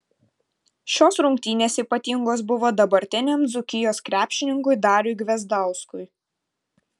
šios rungtynės ypatingos buvo dabartiniam dzūkijos krepšininkui dariui gvezdauskui